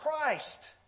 Christ